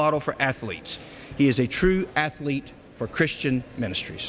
model for athletes he is a true athlete for christian ministr